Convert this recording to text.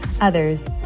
others